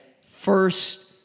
first